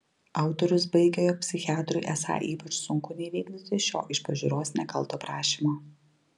autorius baigia jog psichiatrui esą ypač sunku neįvykdyti šio iš pažiūros nekalto prašymo